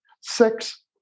six